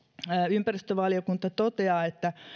ympäristövaliokunta toteaa että